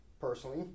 personally